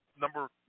number